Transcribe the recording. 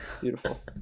Beautiful